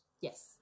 yes